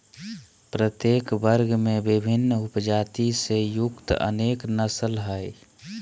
प्रत्येक वर्ग में विभिन्न उपजाति से युक्त अनेक नस्ल हइ